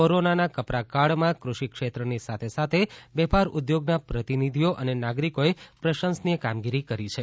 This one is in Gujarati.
કોરોનાના કપરાકાળમાં કૃષિક્ષેત્રની સાથે સાથે વેપાર ઉદ્યોગના પ્રતિનિધિઓ અને નાગરીકોએ પ્રશંસનીય કામગીરી કરી છે